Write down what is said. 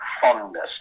fondness